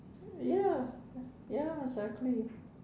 ya ya ya exactly